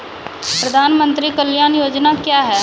प्रधानमंत्री कल्याण योजना क्या हैं?